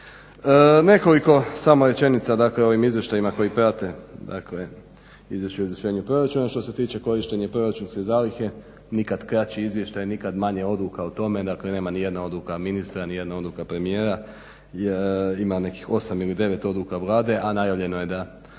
Nekoliko samo rečenica dakle o ovim izvještajima koji prate, dakle izvješću o razrješenju proračuna. Što se tiče korištenja proračunske zalihe nikad kraći izvještaj, nikad manje odluka o tome. Dakle, nema nijedna odluka ministra, nijedna odluka premijera. Ima nekih 8 ili 9 odluka Vlade, a najavljeno je da